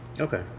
Okay